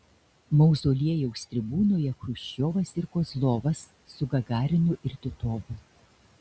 mauzoliejaus tribūnoje chruščiovas ir kozlovas su gagarinu ir titovu